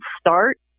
start